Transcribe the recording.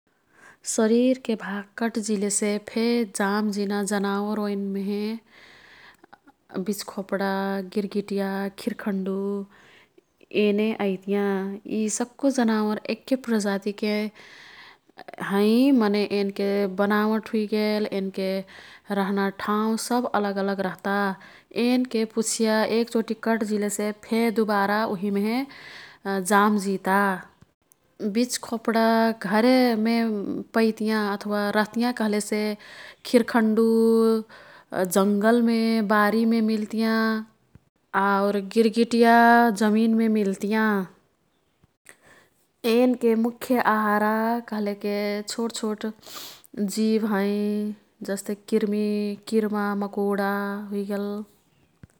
शरिरके भाग कट्जिलेसेफे जामजिना जनावर ओईन्मेहे बिच्खोप्डा, गिर्गीटिया खिर्खनंडु येने अईतियाँ। यी सक्कु जनवार येक्के प्रजातिके हैं। मने येंन्के बनावट हुइगेल, येंन्के रह्ना ठाउँ सब अलग अलग रह्ता। येंन्के पुछिया एकचोटी कट्जिलेसे फे दुबारा उहिमेहें जामजिता। बिच्खोप्डा घरेमे पैतियाँ अथवा रह्तियाँ। कह्लेसे, खिर्खनंडु जङ्गलमे बारीमे मिल्तियाँ। आऊर गिर्गीटिया जमिनमे मिल्तियाँ। एन्के मुख्य आहारा कह्लेक छोटछोट जीव हैं जस्ते किर्मीकिर्मा, मकोड़ा हुइगेल।